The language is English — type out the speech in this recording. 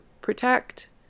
protect